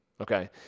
okay